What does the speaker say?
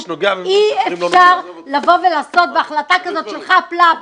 אי אפשר לבוא ולעשות בהחלטה כזאת של חאפ לאפ,